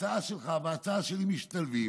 ההצעה שלך וההצעה שלי משתלבות,